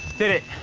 did it.